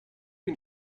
can